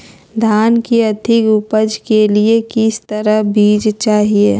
धान की अधिक उपज के लिए किस तरह बीज चाहिए?